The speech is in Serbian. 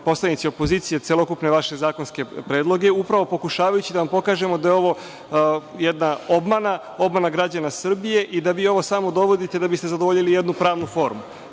poslanici opozicije, celokupne vaše zakonske predloge upravo pokušavajući da vam pokažemo da je ovo jedna obmana, obmana građana Srbije i da vi ovo samo dovodite da biste zadovoljili jednu pravnu formu,